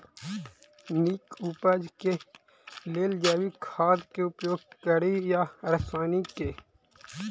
नीक उपज केँ लेल जैविक खाद केँ उपयोग कड़ी या रासायनिक केँ?